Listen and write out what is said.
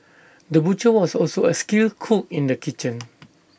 the butcher was also A skilled cook in the kitchen